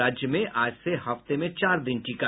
राज्य में आज से हफ्ते में चार दिन टीका